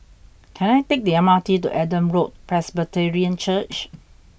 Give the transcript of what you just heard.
can I take the M R T to Adam Road Presbyterian Church